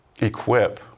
equip